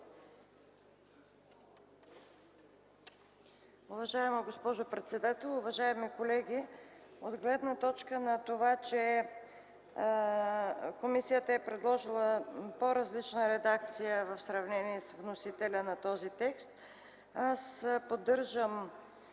От гледна точка на това, че комисията е предложила по-различна редакция в сравнение с вносителя на този текст, аз поддържам